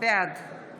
בעד